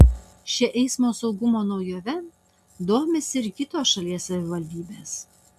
šia eismo saugumo naujove domisi ir kitos šalies savivaldybės